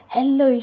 Hello